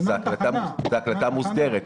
זו הקלטה מוסדרת.